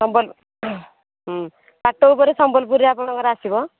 ସମ୍ବଲ ପାଟ ଉପରେ ସମ୍ବଲପୁରୀ ଆପଣଙ୍କର ଆସିବ